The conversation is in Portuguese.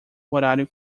horário